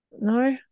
No